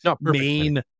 main